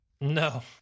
no